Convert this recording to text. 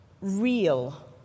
real